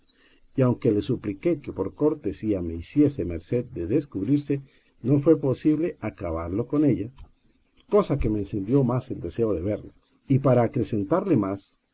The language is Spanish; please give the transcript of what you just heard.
y aunque le supliqué que por cortesía me hiciese merced de descubrirse no fue posible acabarlo con ella cosa que me encendió más el deseo de verla y para acrecentarle más